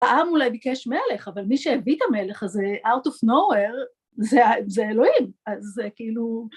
העם אולי ביקש מלך, אבל מי שהביא את המלך הזה, out of nowhere, זה אלוהים, אז זה כאילו...